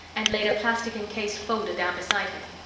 and laid a plastic-encased folder down beside him.